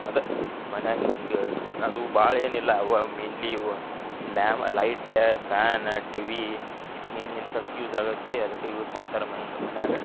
ಅದು ಮನ್ಯಾಗ ಹಿಂಗೆ ಅದು ಭಾಳ ಏನಿಲ್ಲ ಅವ್ವ ಮೇನ್ಲಿ ಇವು ಲ್ಯಾಮ್ ಲೈಟ ಫ್ಯಾನ ಟಿವಿ ಹಿಂಗೆ ಇಂತದ್ಕೆ ಯೂಸ್ ಆಗುತ್ತೆ ಅದಕ್ಕೆ ಯೂಸ್ ಮಾಡ್ತಾರೆ ಮನ್ಯೋರು